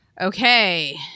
Okay